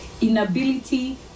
inability